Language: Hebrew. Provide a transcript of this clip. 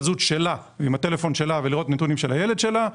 הזהות שלה ועם מספר הטלפון שלה ולראות נתונים של הילד שלה,